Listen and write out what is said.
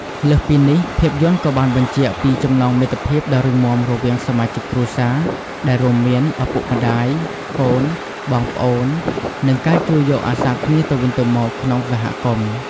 លើសពីនេះ ភាពយន្តក៏បានសបញ្ជាក់ពី ចំណងមិត្តភាពដ៏រឹងមាំរវាងសមាជិកគ្រួសារ ដែលរួមមាន ឪពុកម្តាយ កូន បងប្អូន និង ការជួយយកអាសាគ្នាទៅវិញទៅមកក្នុងសហគមន៍។